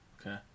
Okay